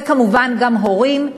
וכמובן גם הורים,